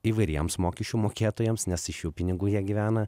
įvairiems mokesčių mokėtojams nes iš jų pinigų jie gyvena